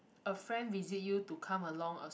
a friend visit you to come along a s~